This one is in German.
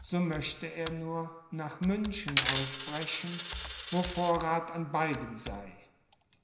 so möchte er nur nach münchen aufbrechen wo vorrath an beidem sei